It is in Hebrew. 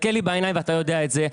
תסתכל לי בעיניים, אתה יודע את זה.